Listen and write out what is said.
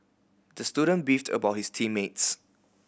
the student beefed about his team mates